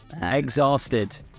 Exhausted